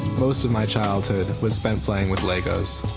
most of my childhood was spent playing with legos.